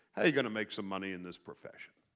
how are you going to make some money in this profession?